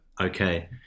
Okay